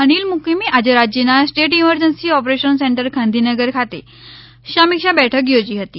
અનિલ મૂકીમે આજે રાજ્યના state emergency operation centre Gandhinagar ખાતે સમીક્ષા બેઠક યોજી હતી